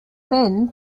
then